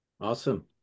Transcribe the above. Awesome